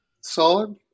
Solid